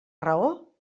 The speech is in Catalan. raó